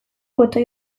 botoi